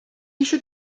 eisiau